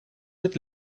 mit